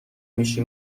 میشی